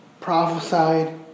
prophesied